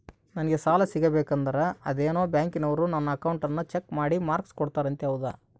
ನಂಗೆ ಸಾಲ ಸಿಗಬೇಕಂದರ ಅದೇನೋ ಬ್ಯಾಂಕನವರು ನನ್ನ ಅಕೌಂಟನ್ನ ಚೆಕ್ ಮಾಡಿ ಮಾರ್ಕ್ಸ್ ಕೋಡ್ತಾರಂತೆ ಹೌದಾ?